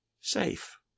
safe